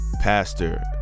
Pastor